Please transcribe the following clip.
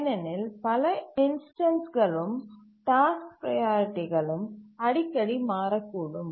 ஏனெனில் பல இன்ஸ்டன்ஸ்களும் டாஸ்க் ப்ரையாரிட்டிகளும் அடிக்கடி மாறக்கூடும்